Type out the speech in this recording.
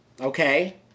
Okay